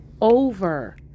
over